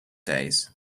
days